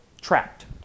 trapped